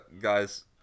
Guys